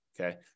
Okay